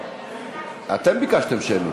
--- אתם ביקשתם שמית.